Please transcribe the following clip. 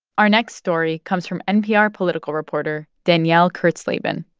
our next story comes from npr political reporter danielle kurtzleben